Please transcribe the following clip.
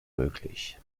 möglich